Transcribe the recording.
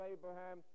Abraham